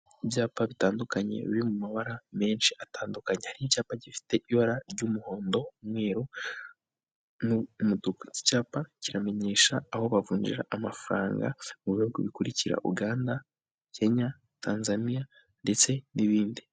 Ibyapa bitandukanye biri mu mabara menshi atandukanye nk'icyapa gifite ibara ry'umuhondo umweru icyapa kiramenyesha aho bavunjira amafaranga mu bihugu bikurikira Uganda, Kenya, Tanzania ndetse n'ibindi.